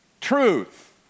truth